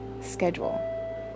schedule